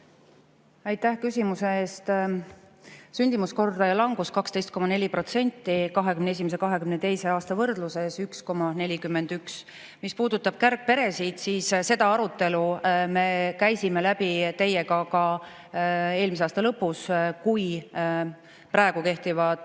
Aitäh küsimuse eest! Sündimuskordaja langus oli 2021. ja 2022. aasta võrdluses 12,4% ja see oli mullu 1,41. Mis puudutab kärgperesid, siis selle arutelu me käisime läbi teiega ka eelmise aasta lõpus, kui praegu kehtivat